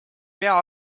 pea